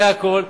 זה הכול,